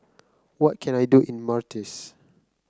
what can I do in Mauritius